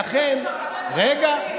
רגע.